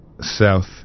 South